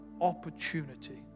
opportunity